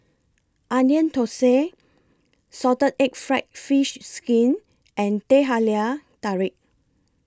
Onion Thosai Salted Egg Fried Fish Skin and Teh Halia Tarik